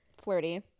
Flirty